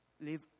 Live